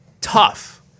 tough